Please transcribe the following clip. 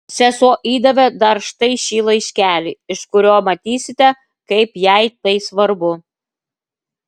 sesuo įdavė dar štai šį laiškelį iš kurio matysite kaip jai tai svarbu